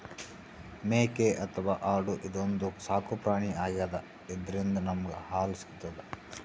ಮೇಕೆ ಅಥವಾ ಆಡು ಇದೊಂದ್ ಸಾಕುಪ್ರಾಣಿ ಆಗ್ಯಾದ ಇದ್ರಿಂದ್ ನಮ್ಗ್ ಹಾಲ್ ಸಿಗ್ತದ್